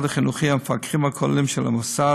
המוסד החינוכי המפקחים הכוללים של המוסד,